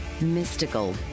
mystical